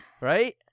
right